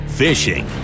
fishing